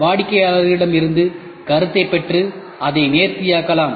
வாடிக்கையாளர்களிடம் இருந்து கருத்தைப் பெற்று அதை நேர்த்தியாக்கலாம்